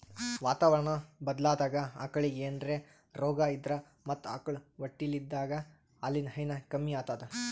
ವಾತಾವರಣಾ ಬದ್ಲಾದಾಗ್ ಆಕಳಿಗ್ ಏನ್ರೆ ರೋಗಾ ಇದ್ರ ಮತ್ತ್ ಆಕಳ್ ಹೊಟ್ಟಲಿದ್ದಾಗ ಹಾಲಿನ್ ಹೈನಾ ಕಮ್ಮಿ ಆತದ್